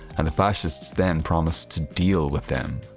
and the fascists then promise to deal with them.